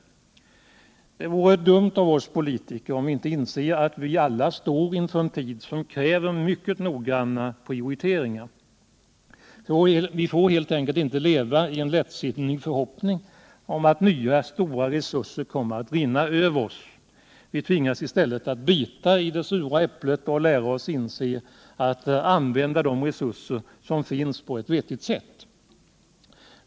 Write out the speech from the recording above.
Fredagen den Det vore dumt av oss politiker, om vi inte insåg att vi alla lever i 9 december 1977 en tid som kräver mycket noggranna prioriteringar. Vi får helt enkelt I inte leva med en lättsinnig förhoppning om att nya, stora resurser kommer - Om pensionärernas att rinna över oss. Vi tvingas i stället att bita i det sura äpplet och lära — ekonomiska OSS att använda resurserna på ett vettigt sätt.